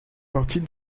partie